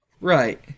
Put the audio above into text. Right